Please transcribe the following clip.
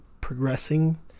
progressing